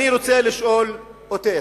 אני רוצה לשאול אותך,